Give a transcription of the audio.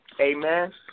Amen